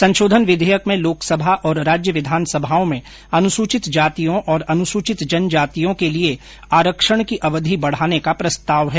संशोधन विधेयक में लोकसभा और राज्य विधानसभाओं में अनुसूचित जातियों और अनुसूचित जनजातियों के लिए आरक्षण की अवधि बढ़ाने का प्रस्ताव है